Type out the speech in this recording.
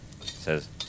says